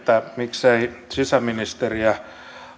miksei sisäministeri